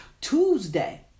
Tuesday